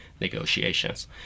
negotiations